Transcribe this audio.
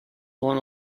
one